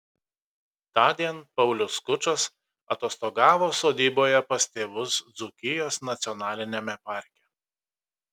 tądien paulius skučas atostogavo sodyboje pas tėvus dzūkijos nacionaliniame parke